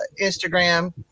Instagram